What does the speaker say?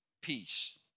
peace